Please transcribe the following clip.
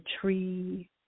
tree